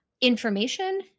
information